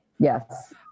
Yes